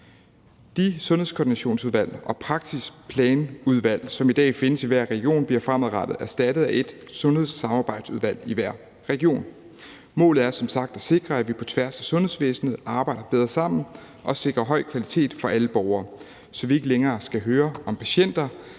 De sundhedskoordinationsudvalg og praksisplanudvalg, som i dag findes i hver region, bliver fremadrettet erstattet af et sundhedssamarbejdsudvalg i hver region. Målet er som sagt at sikre, at vi på tværs af sundhedsvæsenet arbejder bedre sammen og sikrer høj kvalitet for alle borgere, så vi ikke længere skal høre om patienter,